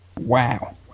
wow